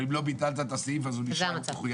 אם לא ביטלת את הסעיף אז הוא נשאר מחויב